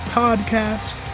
podcast